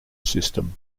system